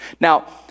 Now